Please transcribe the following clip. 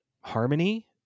harmony